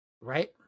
Right